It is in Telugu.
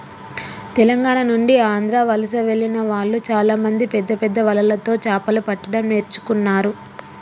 తెలంగాణ నుండి ఆంధ్ర వలస వెళ్లిన వాళ్ళు చాలామంది పెద్దపెద్ద వలలతో చాపలు పట్టడం నేర్చుకున్నారు